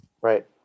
Right